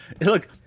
look